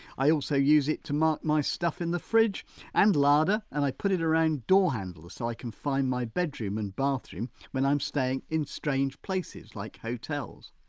i also use it to mark my stuff in the fridge and larder and i put it around door handles so i can find my bedroom and bathroom when i'm staying in strange places like hotels.